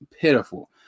pitiful